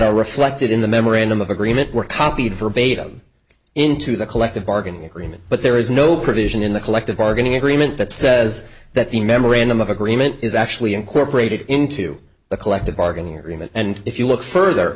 are reflected in the memorandum of agreement were copied verbatim into the collective bargaining agreement but there is no provision in the collective bargaining agreement that says that the memorandum of agreement is actually incorporated into the collective bargaining agreement and if you look further